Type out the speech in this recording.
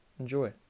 enjoy